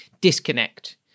disconnect